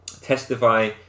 testify